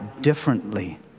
differently